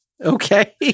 Okay